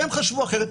והן חשבו אחרת.